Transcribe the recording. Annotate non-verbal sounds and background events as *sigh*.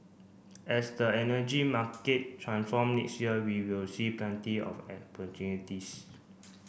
as the energy market transform next year we will see plenty of *unintelligible*